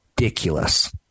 ridiculous